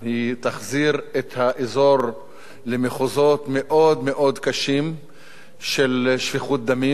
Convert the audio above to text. היא תחזיר את האזור למחוזות מאוד קשים של שפיכות דמים,